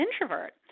introvert